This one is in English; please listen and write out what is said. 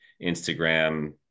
Instagram